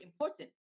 important